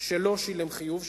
שלא שילם חיוב,